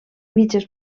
mitges